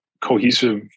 cohesive